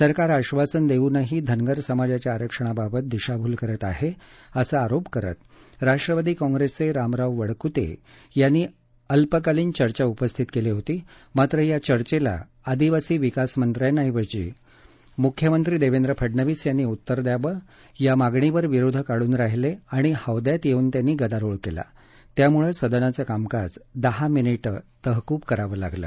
सरकार आश्वासन देऊनही धनगर समाजाच्या आरक्षणाबाबत दिशाभूल करत आहे असा आरोप करत राष्ट्रवादी काँप्रेसचे रामराव वडकुते यांनी अल्पकालीन चर्चा उपस्थित केली होती मात्र या चर्चेला आदिवासी विकास मंत्र्यांऐवजी मुख्यमंत्री देवेंद्र फडणवीस यांनी उत्तर द्यावं या मागणीवर विरोधक अडून राहिले आणि हौद्यात येऊन त्यांनी गदारोळ केला त्यामुळे सदनाचं कामकाज दहा मिनिटं तहकूब करावं लागलं